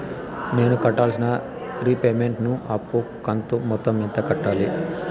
నేను కట్టాల్సిన రీపేమెంట్ ను అప్పు కంతు మొత్తం ఎంత కట్టాలి?